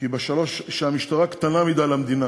שהמשטרה קטנה מדי למדינה,